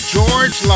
George